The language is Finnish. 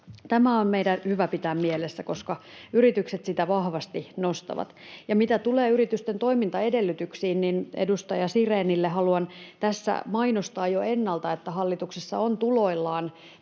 Tämä on meidän hyvä pitää mielessä, koska yritykset sitä vahvasti nostavat. Mitä tulee yritysten toimintaedellytyksiin, niin edustaja Sirénille haluan tässä mainostaa jo ennalta, että hallituksessa on tuloillaan